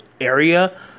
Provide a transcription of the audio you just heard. area